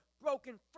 broken